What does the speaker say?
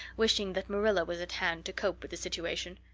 wishing that marilla was at hand to cope with the situation.